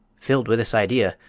filled with this idea,